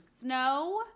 snow